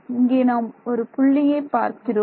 இங்கே நாம் ஒரு புள்ளியை பார்க்கிறோம்